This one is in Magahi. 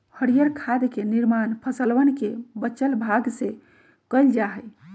हरीयर खाद के निर्माण फसलवन के बचल भाग से कइल जा हई